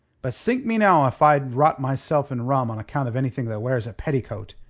but sink me now if i'd rot myself in rum on account of anything that wears a petticoat.